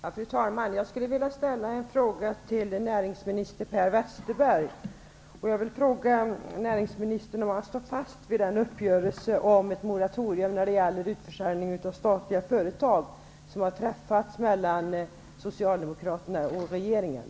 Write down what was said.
Fru talman! Jag vill ställa en fråga till näringsminister Per Westerberg: Står näringsministern fast vid den uppgörelse om ett moratorium när det gäller utförsäljning av statliga företag som har träffats mellan Socialdemokraterna och regeringen?